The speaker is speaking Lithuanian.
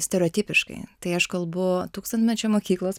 stereotipiškai tai aš kalbu tūkstantmečio mokyklos